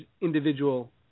individual